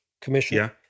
commission